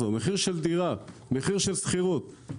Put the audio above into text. מחיר של דירה, מחיר של שכירות.